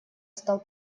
стал